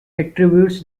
attributes